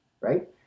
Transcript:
right